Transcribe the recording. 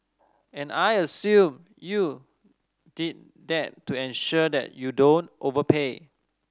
and I assume you did that to ensure that you don't overpay